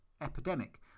epidemic